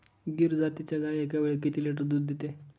गीर जातीची गाय एकावेळी किती लिटर दूध देते?